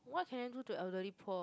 what can I do to elderly poor